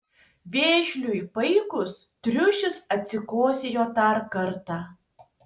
vėžliui baigus triušis atsikosėjo dar kartą